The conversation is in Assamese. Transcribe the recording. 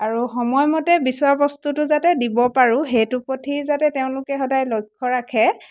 আৰু সময়মতে বিচৰা বস্তুটো যাতে দিব পাৰোঁ সেইটোৰ প্ৰতি যাতে তেওঁলোকে সদায় লক্ষ্য ৰাখে